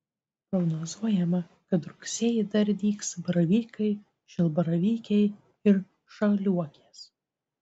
prognozuojama kad rugsėjį dar dygs baravykai šilbaravykiai ir žaliuokės